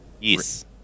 Yes